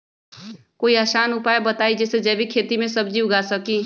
कोई आसान उपाय बताइ जे से जैविक खेती में सब्जी उगा सकीं?